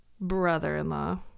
brother-in-law